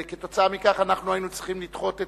כתוצאה מכך היינו צריכים לדחות,